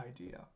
idea